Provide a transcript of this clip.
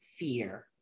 fear